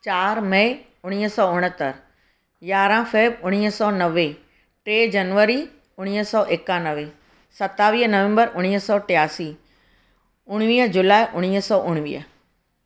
चार मई उणवीह सौ उणहतरि यारहां फैब उणवीह सौ नवे टे जनवरी उणवीह सौ एकानवे सतावीह नवेंबर उणवीह सौ टियासी उणवीह जुलाए उणवीह सौ उणवीह